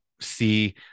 see